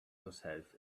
yourself